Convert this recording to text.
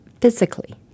physically